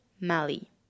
Mali